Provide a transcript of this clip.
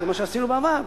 זה מה שעשינו בעבר.